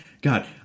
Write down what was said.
God